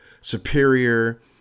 superior